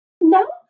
No